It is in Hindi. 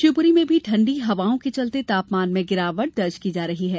शिवपुरी में भी ठंडी हवाओं के चलते तापमान में गिरावट दर्ज की जा रही है